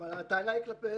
הטענה היא כלפי